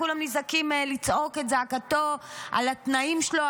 וכולם נזעקים לזעוק את זעקתו על התנאים שלו,